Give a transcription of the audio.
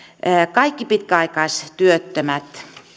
kaikki pitkäaikaistyöttömät